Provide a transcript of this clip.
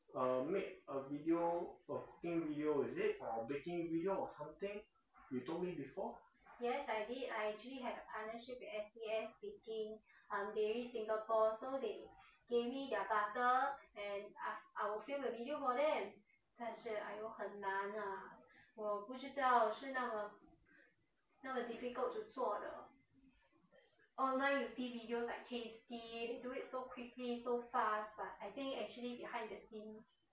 made a video of a cooking video is it or baking video or something you told me before